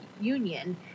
union